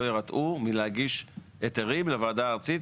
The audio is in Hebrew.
לא יירתעו מלהגיש היתרים לוועדה הארצית,